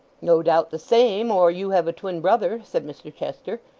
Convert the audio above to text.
no doubt the same, or you have a twin brother said mr chester,